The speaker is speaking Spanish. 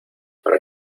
para